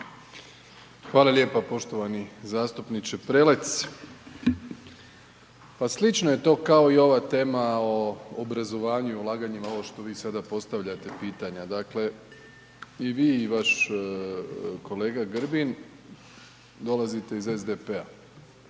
Hvala lijepa poštovani zastupniče Prelec. Pa slično je to kao i ova tema o obrazovanju i ulaganjima ovo što vi sada postavljate pitanja. Dakle i vi i vaš kolega Grbin dolazite iz SDP-a,